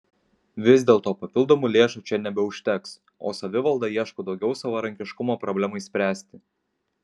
vis dėlto papildomų lėšų čia nebeužteks o savivalda ieško daugiau savarankiškumo problemai spręsti